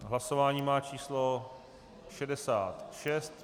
Hlasování má číslo 66.